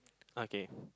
okay